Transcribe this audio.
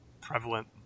prevalent